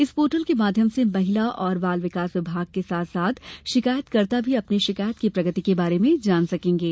इस पोर्टल के माध्यम से महिला और बाल विकास विभाग के साथ साथ शिकायतकर्ता भी अपनी शिकायत की प्रगति के बारे में जान सकेंगे